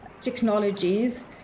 technologies